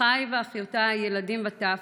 אחיי ואחיותיי, ילדים וטף,